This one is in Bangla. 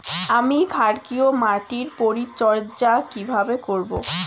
আমি ক্ষারকীয় মাটির পরিচর্যা কিভাবে করব?